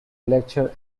lecture